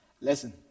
Listen